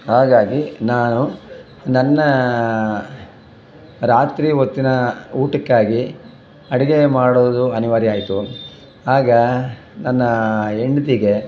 ಹಾಗಾಗಿ ನಾನು ನನ್ನ ರಾತ್ರಿ ಹೊತ್ತಿನ ಊಟಕ್ಕಾಗಿ ಅಡುಗೆ ಮಾಡೋದು ಅನಿವಾರ್ಯ ಆಯಿತು ಆಗ ನನ್ನ ಹೆಂಡ್ತಿಗೆ